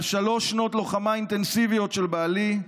על שלוש שנות לוחמה אינטנסיביות של בעלי,